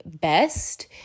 best